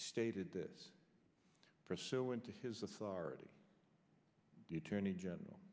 stated this pursuant to his authority the attorney general